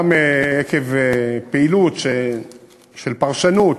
גם עקב פעילות של פרשנות,